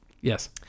Yes